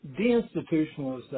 deinstitutionalization